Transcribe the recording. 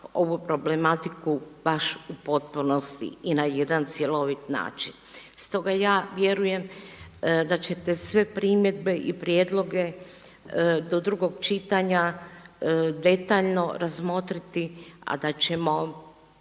ovu problematiku baš u potpunosti i na jedan cjelovit način. Stoga ja vjerujem da ćete sve primjedbe i prijedloge do drugog čitanja detaljno razmotriti, a da ćemo